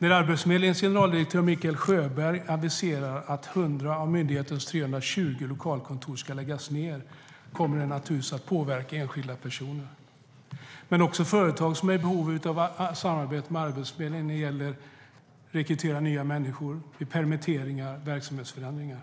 När Arbetsförmedlingens generaldirektör Mikael Sjöberg aviserar att 100 av myndighetens 320 lokalkontor ska läggas ned kommer detta naturligtvis att påverka enskilda personer, men också företag som är i behov av samarbete med Arbetsförmedlingen när det gäller att rekrytera nya människor, vid permitteringar och verksamhetsförändringar.